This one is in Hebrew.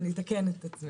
אז אני מתקנת את עצמי.